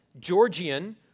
Georgian